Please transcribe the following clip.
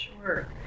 Sure